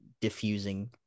diffusing